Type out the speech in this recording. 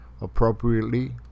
appropriately